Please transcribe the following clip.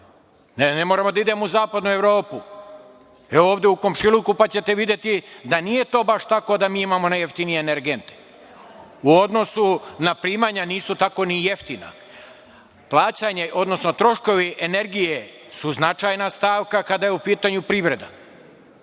Ne moramo da idemo u zapadnu Evropu, evo, ovde u komšiluku, pa ćete videti da nije to baš tako da mi imamo najjeftinije energente. U odnosu na primanju, nisu tako ni jeftini. Troškovi energije su značajna stavka kada je u pitanju privreda. Ono